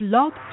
Blog